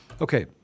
Okay